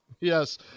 Yes